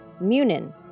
Munin